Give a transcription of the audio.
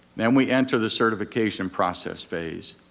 then we enter the certification process phase.